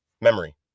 memory